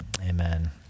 Amen